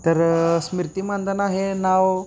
तर स्मृती मानधना हे नाव